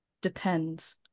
depends